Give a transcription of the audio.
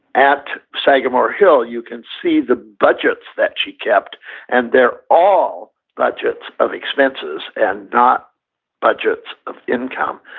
at sagamore hill, you can see the budgets that she kept and they're all budgets of expenses and not budgets of income.